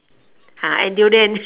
and durian